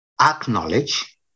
Acknowledge